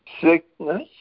sickness